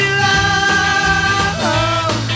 love